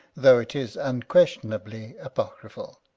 though it is unquestionably apocryphal.